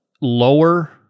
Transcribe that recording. lower